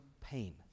pain